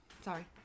sorry